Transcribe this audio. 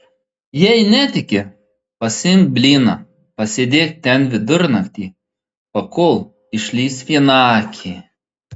jei netiki pasiimk blyną pasėdėk ten vidurnaktį pakol išlįs vienakė